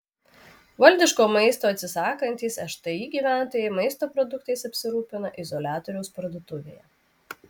valdiško maisto atsisakantys šti gyventojai maisto produktais apsirūpina izoliatoriaus parduotuvėje